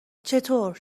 چطور